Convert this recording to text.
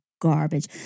garbage